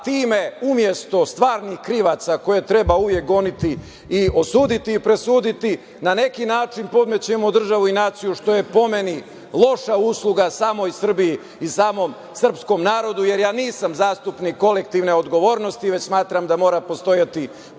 time umesto stvarnih krivaca koje treba uvek goniti i osuditi i presuditi, na neki način podmećemo državu i naciju, što je, po meni, loša usluga samoj Srbiji i samom srpskom narodu, jer ja nisam zastupnik kolektivne odgovornosti, već smatram da mora postojati pojedinačna,